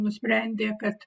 nusprendė kad